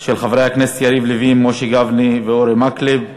של חברי הכנסת יריב לוין, משה גפני ואורי מקלב.